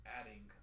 adding